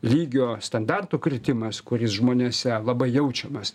lygio standartų kritimas kuris žmonėse labai jaučiamas